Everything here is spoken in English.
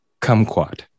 Kumquat